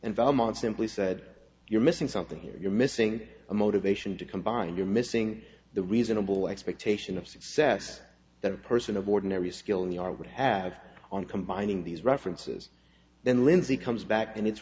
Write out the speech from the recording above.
simply said you're missing something here you're missing a motivation to combine you're missing the reasonable expectation of success that a person of ordinary skill in the are would have on combining these references then lindsay comes back and it